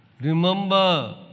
remember